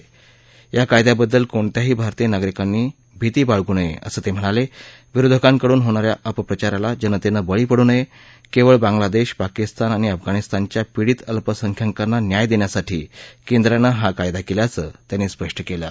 बेा कायद्याबद्दल कोणत्याही भारतीय नागरिकांनी भिती बाळगू नया असंही त हणाल विरोधकांकडून होणाऱ्या अपप्रचाराला जनत बळी पडू नया प्रख्ळ बांगलादधी पाकिस्तान आणि अफगाणिस्तानच्या पीडित अल्पसंख्यांकांना न्याय दृष्यिसाठी केंद्रानं हा कायदा कल्याचं त्यांनी स्पष्ट कलि